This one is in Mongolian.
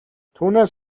түүнээс